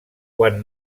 quan